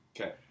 Okay